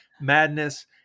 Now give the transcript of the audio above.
madness